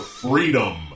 freedom